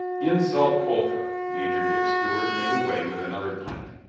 insult, quotha! major dick stewart made away with another pint.